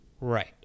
Right